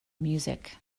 music